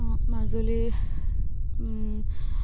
মাজুলীৰ